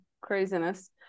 craziness